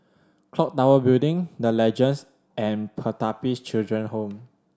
Clock Tower Building The Legends and Pertapis Children Home